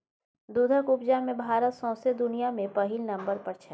दुधक उपजा मे भारत सौंसे दुनियाँ मे पहिल नंबर पर छै